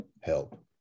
help